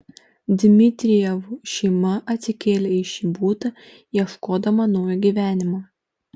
dmitrijevų šeima atsikėlė į šį butą ieškodama naujo gyvenimo